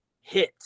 Hit